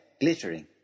glittering